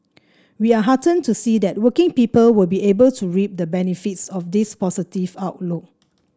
we are heartened to see that working people will be able to reap the benefits of this positive outlook